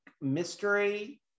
mystery